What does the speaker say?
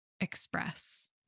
express